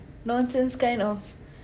nonsense kind of